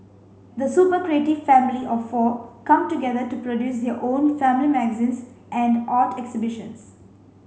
the super creative family of four come together to produce their own family magazines and art exhibitions